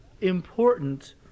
important